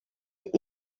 est